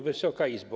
Wysoka Izbo!